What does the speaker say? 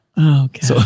Okay